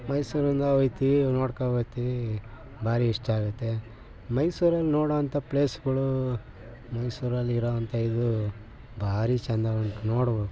ಮೈಸೂರಿಂದ ಒಯ್ತೀವಿ ನೋಡ್ಕೊ ಬರ್ತೀವಿ ಭಾರಿ ಇಷ್ಟ ಆಗುತ್ತೆ ಮೈಸೂರಲ್ಲಿ ನೊಡೋಂಥ ಪ್ಲೇಸ್ಗಳು ಮೈಸೂರಲ್ಲಿ ಇರೋಂಥ ಇದು ಭಾರಿ ಚೆಂದ ಉಂಟು ನೊಡ್ಬೋದು